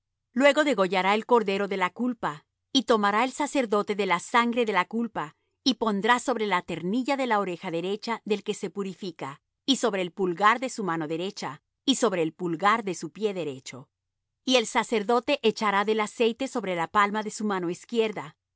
luego degollará el cordero de la culpa y tomará el sacerdote de la sangre de la culpa y pondrá sobre la ternilla de la oreja derecha del que se purifica y sobre el pulgar de su mano derecha y sobre el pulgar de su pie derecho y el sacerdote echará del aceite sobre la palma de su mano izquierda